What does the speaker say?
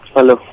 Hello